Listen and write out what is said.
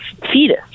fetus